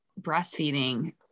breastfeeding